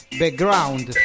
background